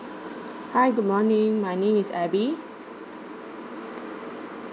hi good morning my name is abby